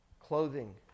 Clothing